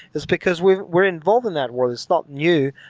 it's because we're we're involved in that world. it's not new.